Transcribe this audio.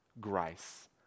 Grace